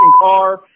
car